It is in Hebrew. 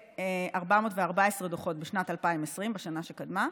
ו-414 דוחות בשנת 2020, בשנה שקדמה,